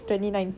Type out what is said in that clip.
twenty nine